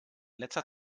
letzter